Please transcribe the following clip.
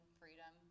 freedom